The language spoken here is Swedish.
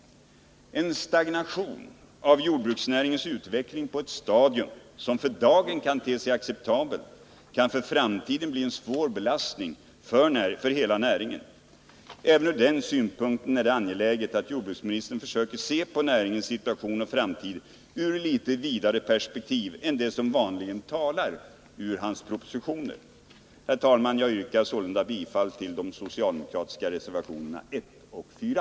En stagnation av jordbruksnäringens utveckling på ett stadium som för dagen kan te sig acceptabelt kan för framtiden bli en svår belastning för hela näringen. Även från den synpunkten är det angeläget att jordbruksministern försöker se på näringens situation och framtid ur ett litet vidare perspektiv än det som vanligen framskymtar i hans propositioner. Herr talman! Jag yrkar sålunda bifall till de socialdemokratiska reservationerna 1 och 4.